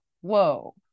whoa